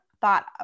thought